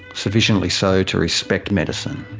sufficiently so to respect medicine.